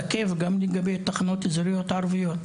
תקף גם לגבי תחנות אזוריות ערביות.